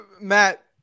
Matt